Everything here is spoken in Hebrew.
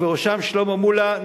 ובראשם שלמה מולה,